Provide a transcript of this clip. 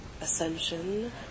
ascension